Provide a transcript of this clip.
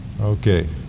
Okay